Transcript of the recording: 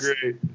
great